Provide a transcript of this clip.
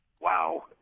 Wow